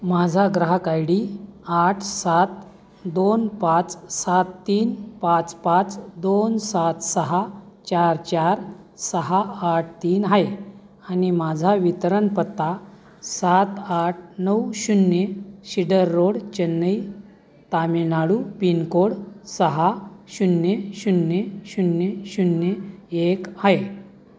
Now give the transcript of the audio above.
माझा ग्राहक I D आठ सात दोन पाच सात तीन पाच पाच दोन सात सहा चार चार सहा आठ तीन आहे आणि माझा वितरण पत्ता सात आठ नऊ शून्य शिडर रोड चेन्नई तामिळनाडू पिनकोड सहा शून्य शून्य शून्य शून्य एक आहे